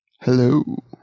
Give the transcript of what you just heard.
Hello